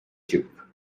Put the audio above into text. chip